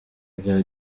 bya